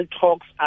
talks